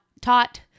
taught